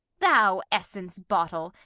thou essence bottle!